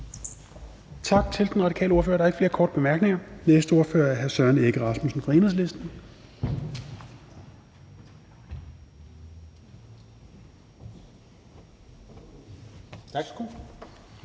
Tak til den radikale ordfører. Der er ikke flere korte bemærkninger. Næste ordfører er hr. Søren Egge Rasmussen fra Enhedslisten. Kl.